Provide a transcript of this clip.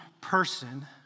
person